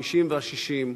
ה-50 וה-60,